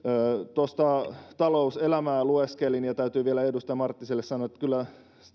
talouselämää lueskelin ja täytyy vielä edustaja marttiselle sanoa että kyllä